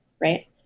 right